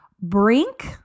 Brink